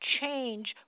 change